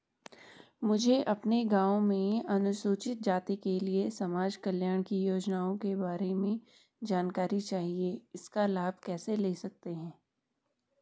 मुझे अपने गाँव में अनुसूचित जाति के लिए समाज कल्याण की योजनाओं के बारे में जानकारी चाहिए इसका लाभ कैसे ले सकते हैं?